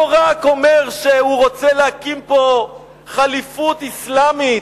לא רק אומר שהוא רוצה להקים פה ח'ליפות אסלאמית.